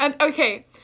Okay